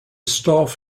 staff